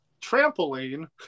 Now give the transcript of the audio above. trampoline